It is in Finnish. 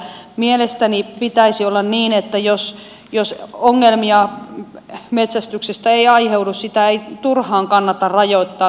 mielestäni pitäisi olla niin että jos ongelmia metsästyksestä ei aiheudu sitä ei turhaan kannata rajoittaa